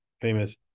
famous